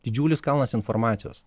didžiulis kalnas informacijos